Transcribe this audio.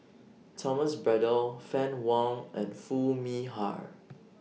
Thomas Braddell Fann Wong and Foo Mee Har